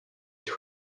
dot